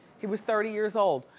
he was thirty years old.